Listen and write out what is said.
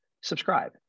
subscribe